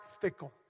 fickle